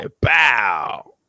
Bow